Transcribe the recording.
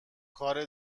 کار